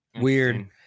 Weird